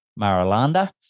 Maralanda